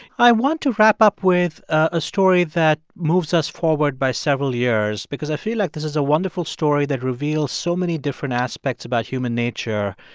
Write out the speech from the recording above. i want to wrap up with a story that moves us forward by several years because i feel like this is a wonderful story that reveals so many different aspects about human nature,